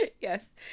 yes